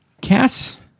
Cass